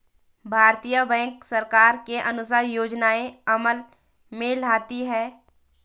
भारतीय बैंक सरकार के अनुसार योजनाएं अमल में लाती है